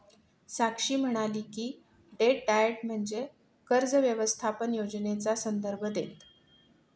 साक्षी म्हणाली की, debt diet म्हणजे कर्ज व्यवस्थापन योजनेचा संदर्भ देतं